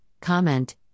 comment